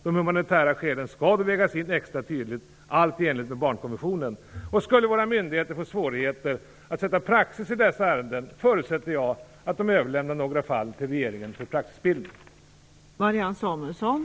De humanitära skälen skall då väga extra tungt, allt i enlighet med barnkonventionen. Om våra myndigheter skulle få svårigheter att bilda praxis i dessa ärenden förutsätter jag att de överlämnar några fall till regeringen för praxisbildning.